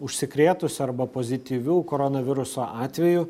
užsikrėtusių arba pozityvių koronaviruso atvejų